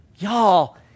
Y'all